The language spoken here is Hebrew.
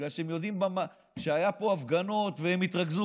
בגלל שהם יודעים שהיו פה הפגנות והם התרגזו,